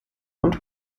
und